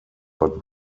but